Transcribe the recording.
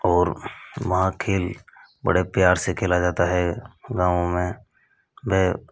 और वहाँ खेल बड़े प्यार से खेला जाता है गाँव में वह